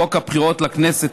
בחוק הבחירות לכנסת